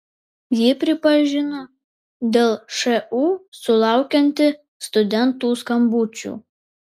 ji pripažino dėl šu sulaukianti studentų skambučių